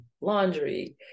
laundry